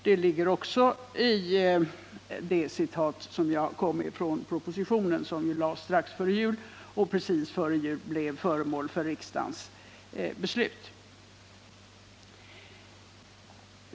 Det ligger också i det citat som jag gjorde ur propositionen, vilken ju lades fram strax före jul och precis före jul blev föremål för riksdagens beslut.